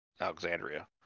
Alexandria